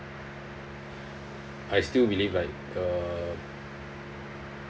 I still believe like uh